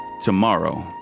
tomorrow